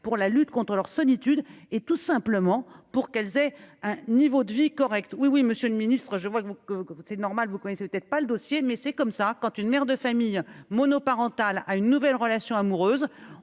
pour la lutte contre leur solitude et tout simplement pour qu'elles aient un niveau de vie correcte, oui, oui, Monsieur le Ministre, je vois que vous que vous c'est normal vous croyez n'était pas le dossier, mais c'est comme ça, quand une mère de famille monoparentale, à une nouvelle relation amoureuse,